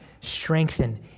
strengthen